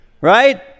Right